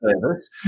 service